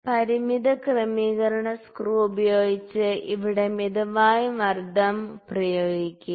പരിമിത ക്രമീകരണ സ്ക്രൂ ഉപയോഗിച്ച് ഇവിടെ മിതമായ മർദ്ദം പ്രയോഗിക്കുക